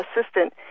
assistant